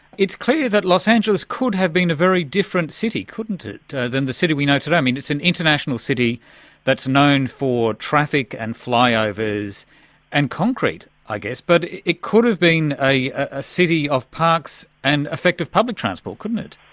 it's clear that los angeles could have been a very different city, couldn't it, than the city we know today. i mean, it's an international city that's known for traffic and flyovers and concrete, i guess. but it it could have been a ah city of parks and effective public transport, couldn't it?